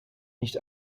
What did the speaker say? nicht